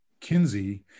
Kinsey